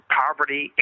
poverty